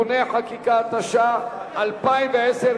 החוק נתקבלה ותועבר להכנתה לקריאה שנייה ושלישית לוועדת החינוך,